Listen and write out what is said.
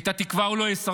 את התקווה הוא לא יסרטט,